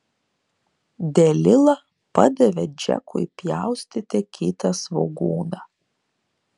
delila padavė džekui pjaustyti kitą svogūną